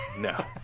no